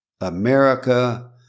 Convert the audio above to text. America